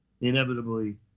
inevitably